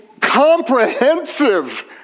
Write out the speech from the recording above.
comprehensive